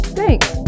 Thanks